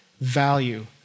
value